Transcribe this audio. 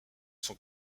sont